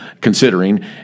considering